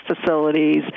facilities